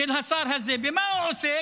במה הוא עוסק?